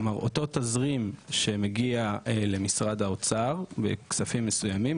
כלומר אותו תזרים שמגיע למשרד האוצר בכספים מסוימים,